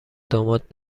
داماد